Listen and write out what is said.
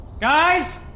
Guys